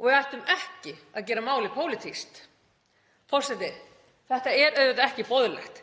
og við ættum ekki að gera málið pólitískt. Forseti. Þetta er auðvitað ekki boðlegt.